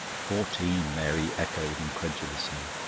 fourteen? mary echoed incredulously.